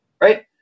right